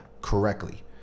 correctly